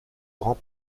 grand